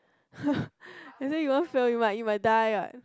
they say you won't fail you might you might die what